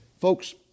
Folks